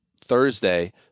Thursday